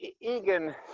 Egan